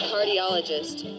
Cardiologist